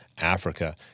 Africa